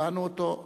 קבענו אותו,